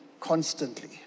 constantly